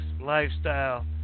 lifestyle